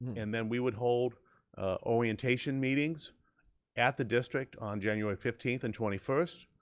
and then we would hold orientation meetings at the district on january fifteen, and twenty first.